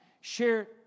Share